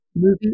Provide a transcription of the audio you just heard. Movie